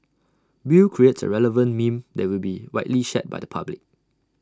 bill creates A relevant meme that will be widely shared by the public